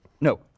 No